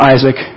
Isaac